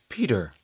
Peter